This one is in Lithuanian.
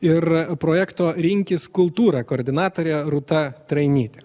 ir projekto rinkis kultūrą koordinatorė rūta trainytė